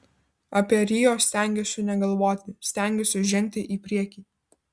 apie rio stengiuosi negalvoti stengiuosi žengti į priekį